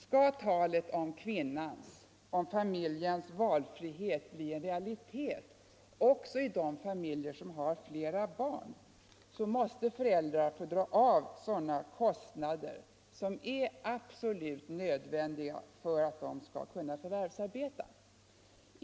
Skall talet om kvinnans, om familjens valfrihet bli en realitet också i de familjer som har flera barn måste föräldrar få dra av sådana kostnader som är absolut nödvändiga för att de skall kunna förvärvsarbeta.